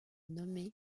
nommé